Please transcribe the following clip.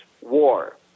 war